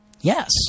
Yes